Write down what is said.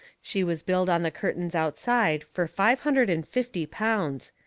she was billed on the curtains outside fur five hundred and fifty pounds,